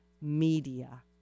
Media